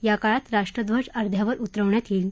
याकाळात राष्ट्रध्वज अर्ध्यावर उतरवण्यात येईल